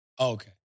Okay